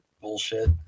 bullshit